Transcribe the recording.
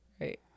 Right